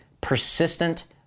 persistent